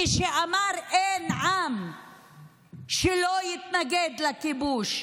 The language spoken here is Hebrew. כשאמר: אין עם שלא יתנגד לכיבוש.